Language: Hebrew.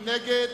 מי נגד?